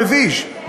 מביש.